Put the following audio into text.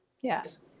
Yes